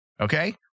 Okay